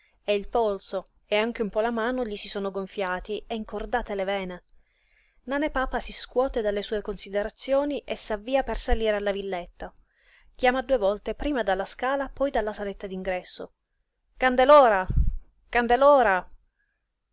e il polso e anche un po la mano gli si sono gonfiati e incordate le vene nane papa si scuote dalle sue considerazioni e s'avvia per salire alla villetta chiama due volte prima dalla scala poi dalla saletta d'ingresso candelora candelora la sua